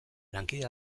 lankide